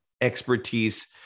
expertise